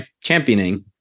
championing